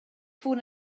ffôn